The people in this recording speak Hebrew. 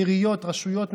עיריות, רשויות מקומיות,